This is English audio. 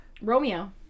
Romeo